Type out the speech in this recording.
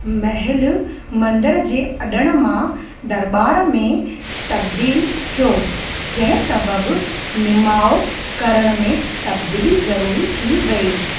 महल मंदर जे अॾण मां दरबार में तब्दील थियो जंहिं सबबि निमाउ करण में तब्दीली ज़रूरी थी वई